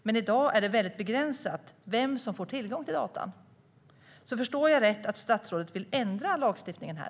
Men i dag är det väldigt begränsat vem som får tillgång till data. Förstår jag rätt att statsrådet vill ändra lagstiftningen här?